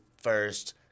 first –